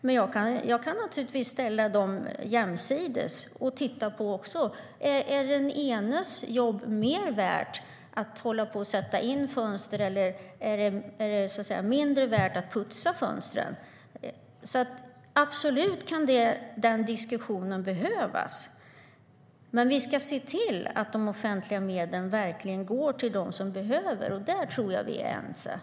Men jag kan ställa dem jämsides och titta på om den enes jobb - att sätta in fönster - är mer värt än den andres - att putsa dem. Den diskussionen kan absolut behövas.